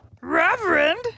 Reverend